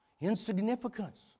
insignificance